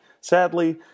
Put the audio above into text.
Sadly